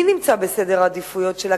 מי בסדר העדיפויות שלה?